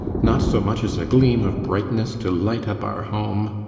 not so much as a gleam of brightness to light up our home!